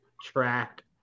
Track